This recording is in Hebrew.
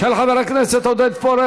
של חברי הכנסת עודד פורר,